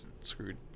screwed